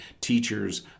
teachers